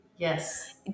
yes